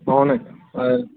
అవునండి